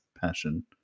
passion